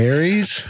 Aries